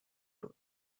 بود